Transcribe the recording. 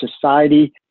Society